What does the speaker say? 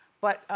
but